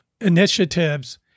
initiatives